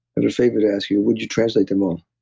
and a favor to ask you. would you translate them all?